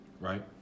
right